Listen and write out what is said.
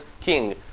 king